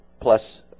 plus